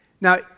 Now